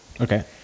Okay